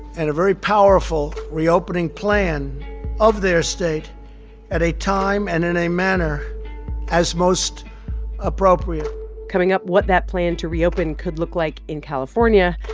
and a very powerful reopening plan of their state at a time and in a manner as most appropriate coming up, what that plan to reopen could look like in california.